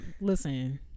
listen